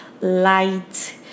light